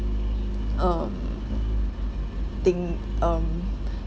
um thing um